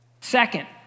Second